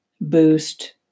boost